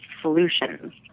solutions